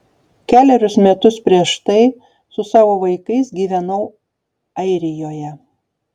kelerius metus prieš tai su savo vaikais gyvenau airijoje